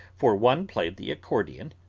for one played the accordion,